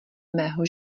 mého